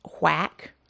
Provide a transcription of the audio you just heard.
whack